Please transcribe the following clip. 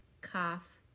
Cough